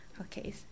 Okay